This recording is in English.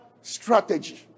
strategy